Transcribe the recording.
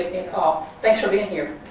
a call. thanks for being here.